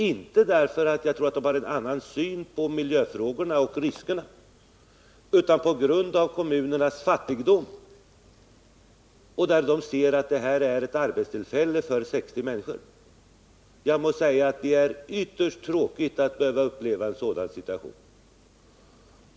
Jag tror inte att man i dessa kommuner har en annan syn på miljöfrågorna och riskerna. Orsaken är kommunernas fattigdom. Man ser att det här rör sig om arbetstillfällen för 60 människor. Det är ytterst tråkigt att behöva uppleva en sådan situation.